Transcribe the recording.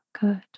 Good